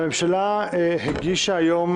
הממשלה הגישה היום